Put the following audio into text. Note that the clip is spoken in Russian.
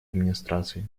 администрации